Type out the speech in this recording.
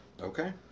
Okay